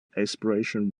exploration